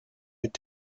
mit